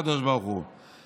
הקדוש ברוך הוא,